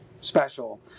special